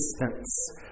existence